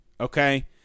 Okay